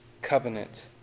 covenant